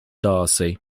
darcy